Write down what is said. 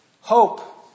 Hope